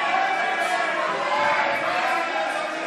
אין בה שחיתות, אין בה שחיתות.